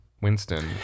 Winston